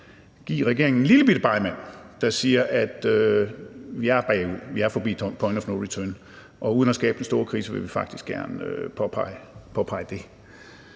give regeringen en lillebitte begmand, der siger, at vi er forbi point of no return. Og uden at skabe en større krise vil vi faktisk gerne påpege dét.